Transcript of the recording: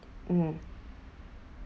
mm